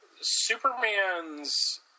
Superman's